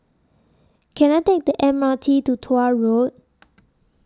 Can I Take The M R T to Tuah Road